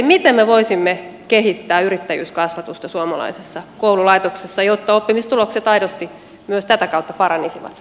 miten me voisimme kehittää yrittäjyyskasvatusta suomalaisessa koululaitoksessa jotta oppimistulokset aidosti myös tätä kautta paranisivat